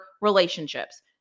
relationships